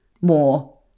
more